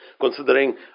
considering